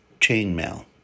chainmail